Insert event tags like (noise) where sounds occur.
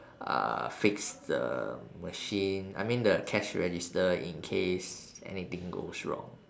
(breath) uh fix the machine I mean the cash register in case anything goes wrong